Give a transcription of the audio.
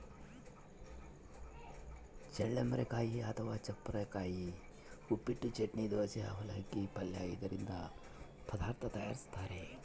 ಚಳ್ಳಂಬರೆಕಾಯಿ ಅಥವಾ ಚಪ್ಪರದವರೆಕಾಯಿ ಉಪ್ಪಿಟ್ಟು, ಚಟ್ನಿ, ದೋಸೆ, ಅವಲಕ್ಕಿ, ಪಲ್ಯ ಇದರಿಂದ ಪದಾರ್ಥ ತಯಾರಿಸ್ತಾರ